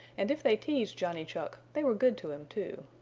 and if they teased johnny chuck they were good to him, too.